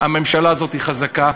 הממשלה הזו היא חזקה,